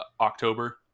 october